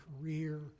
career